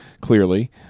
clearly